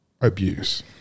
abuse